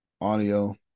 audio